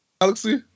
galaxy